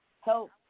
help